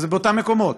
זה באותם מקומות: